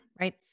Right